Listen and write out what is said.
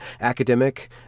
academic